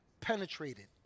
penetrated